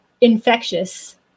infectious